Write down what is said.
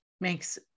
Makes